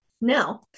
now